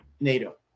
NATO